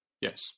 Yes